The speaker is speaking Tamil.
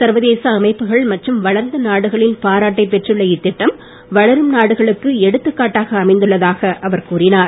சர்வதேச அமைப்புகள் மற்றும் வளர்ந்த நாடுகளின் பாராட்டை பெற்றுள்ள இத்திட்டம் வளரும் நாடுகளுக்கு எடுத்துக்காட்டாக அமைந்துள்ளதாக அவர் கூறினார்